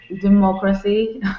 democracy